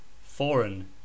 Foreign